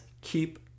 keep